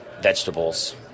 vegetables